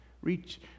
Reach